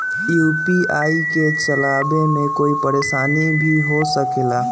UPI के चलावे मे कोई परेशानी भी हो सकेला?